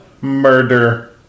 murder